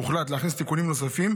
הוחלט להכניס בהצעת החוק תיקונים נוספים,